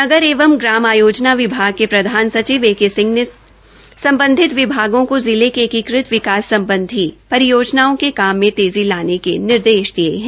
नगर एवं ग्राम आयोजना विभाग के प्रधान सचिव सिंह ने सम्बधित विभागों को जिले के एकीकृत विकास सम्बधी ए के परियोजनाओं के काम में तेज़ी लाने के निर्देश दिये है